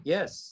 Yes